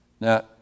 Now